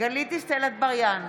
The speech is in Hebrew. גלית דיסטל אטבריאן,